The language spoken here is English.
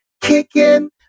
kicking